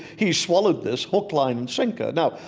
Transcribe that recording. he swallowed this hook, line, and sinker. now,